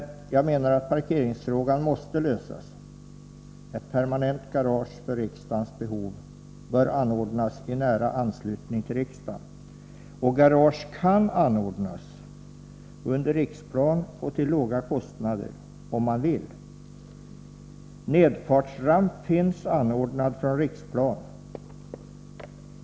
Jag menar att parkeringsfrågan måste lösas. Ett permanent garage för riksdagens behov bör anordnas i nära anslutning till riksdagen. Garage kan anordnas under Riksplan och till låga kostnader, om man vill. Nedfartsramp finns anordnad från Riksplan.